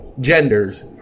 genders